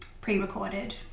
pre-recorded